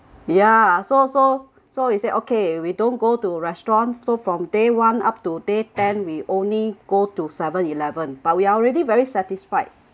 ya so so so we said okay we don't go to restaurant so from day one up to day ten we only go to seven eleven but we are already very satisfied